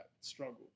struggle